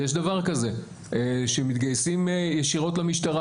יש דבר כזה שמתגייסים ישירות למשטרה.